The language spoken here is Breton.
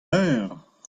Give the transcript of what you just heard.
eur